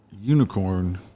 unicorn